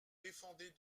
défendez